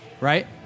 Right